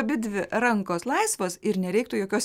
abidvi rankos laisvos ir nereiktų jokios